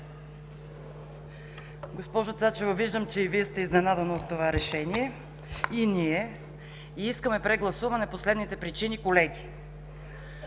Госпожо Цачева, виждам, че и Вие сте изненадана от това решение – и ние. Искаме прегласуване по следните причини, колеги.